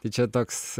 tai čia toks